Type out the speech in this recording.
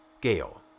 Gale